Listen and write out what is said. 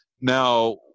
Now